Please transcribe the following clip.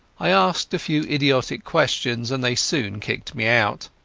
i asked a few idiotic questions, and they soon kicked me out.